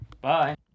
Bye